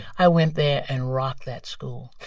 i went there and rocked that school